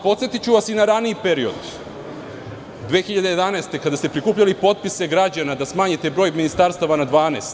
Podsetiću vas i na raniji period 2011. godine kada ste prikupljali potpise građana da smanjite broj ministarstava na 12.